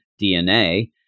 DNA